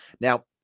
Now